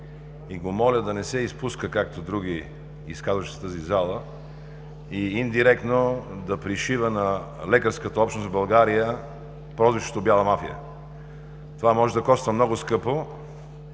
и го моля да не се изпуска, както други изказващи се в тази зала, и индиректно да пришива на лекарската общност в България прозвището „бяла мафия“. Това може да коства много скъпо